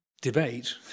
debate